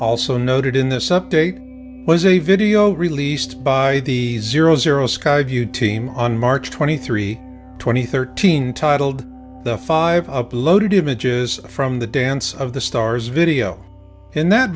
also noted in this update was a video released by the zero zero skyview team on march twenty three twenty thirteen titled the five uploaded images from the dance of the stars video in that